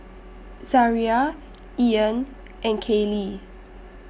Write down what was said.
Zariah Ean and Kaylie